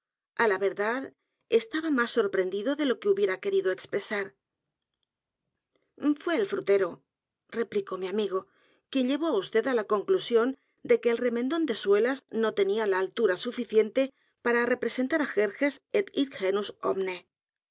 a la verdad estaba más sorprendido de lo que hubiera querido expresar f u é el frutero replicó mi amigo quien llevó á vd á la conclusión de que el remendón de suelas no edgar poe novelas y cuentos t e n í a l a altura suficiente p a r a representar á jerjes et